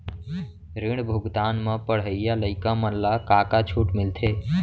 ऋण भुगतान म पढ़इया लइका मन ला का का छूट मिलथे?